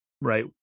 right